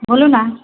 बोलू न